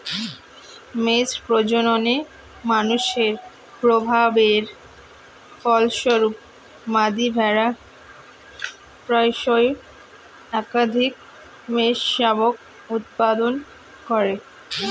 মেষ প্রজননে মানুষের প্রভাবের ফলস্বরূপ, মাদী ভেড়া প্রায়শই একাধিক মেষশাবক উৎপাদন করে